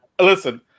Listen